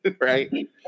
right